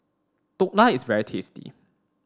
Dhokla is very tasty